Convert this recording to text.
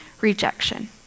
rejection